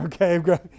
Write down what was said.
Okay